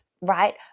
right